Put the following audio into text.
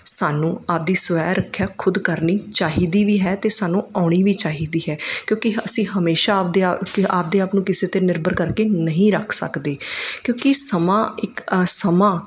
ਸਾਨੂੰ ਆਪਣੀ ਸਵੈ ਰੱਖਿਆ ਖੁਦ ਕਰਨੀ ਚਾਹੀਦੀ ਵੀ ਹੈ ਤੇ ਸਾਨੂੰ ਆਉਣੀ ਵੀ ਚਾਹੀਦੀ ਹੈ ਕਿਉਂਕਿ ਹ ਅਸੀਂ ਹਮੇਸ਼ਾ ਆਪਣੇ ਆ ਕਿ ਆਪਣੇ ਆਪ ਨੂੰ ਕਿਸੇ 'ਤੇ ਨਿਰਭਰ ਕਰਕੇ ਨਹੀਂ ਰੱਖ ਸਕਦੇ ਕਿਉਂਕਿ ਸਮਾਂ ਇੱਕ ਅ ਸਮਾਂ